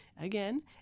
Again